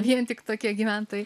vien tik tokie gyventojai